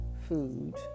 food